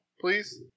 please